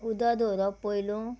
उदक दवरप पयलो